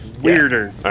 weirder